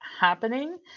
happening